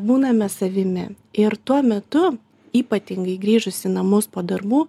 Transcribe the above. būname savimi ir tuo metu ypatingai grįžus į namus po darbų